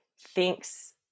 thinks